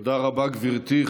תודה רבה, גברתי.